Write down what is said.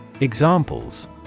Examples